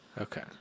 okay